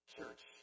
church